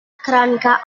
cranica